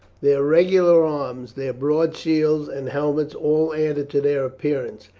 their regular arms, their broad shields and helmets, all added to their appearance,